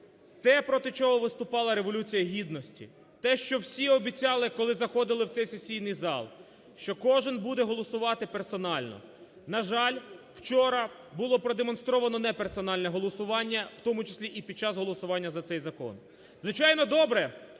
Те, проти чого виступала Революція Гідності, те, що всі обіцяли, коли заходили в цей сесійний зал, що кожен буде голосувати персонально, – на жаль, вчора було продемонстровано не персональне голосування, в тому числі і під час голосування за цей закон. Звичайно, добре,